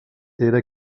era